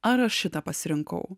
ar aš šitą pasirinkau